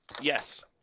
Yes